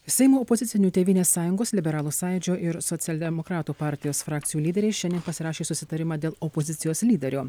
seimo opozicinių tėvynės sąjungos liberalų sąjūdžio ir socialdemokratų partijos frakcijų lyderiai šiandien pasirašė susitarimą dėl opozicijos lyderio